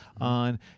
on